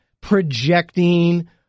projecting